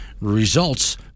Results